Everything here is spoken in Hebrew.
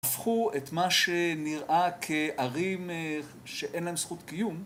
הפכו את מה שנראה כערים אה.. שאין להם זכות קיום